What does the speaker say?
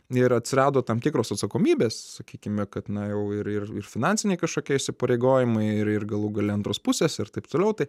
ir atsirado tam tikros atsakomybės sakykime kad na jau ir ir finansiniai kažkokie įsipareigojimai ir ir galų gale antros pusės ir taip toliau tai